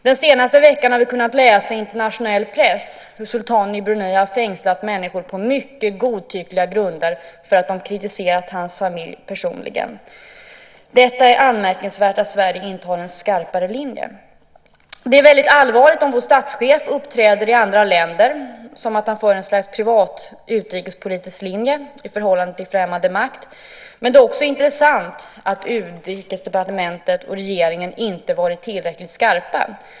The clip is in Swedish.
Den senaste veckan har vi kunnat läsa i internationell press hur sultanen av Brunei har fängslat människor på mycket godtyckliga grunder för att de kritiserat hans familj personligen. Det är anmärkningsvärt att Sverige inte har en skarpare linje. Det är väldigt allvarligt om vår statschef uppträder i andra länder som om han för ett slags privat utrikespolitisk linje i förhållande till främmande makt, men det är också intressant att Utrikesdepartementet och regeringen inte varit tillräckligt skarpa.